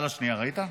על השנייה, ראית?